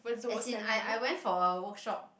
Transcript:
as in I I went for a workshop